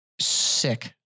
sick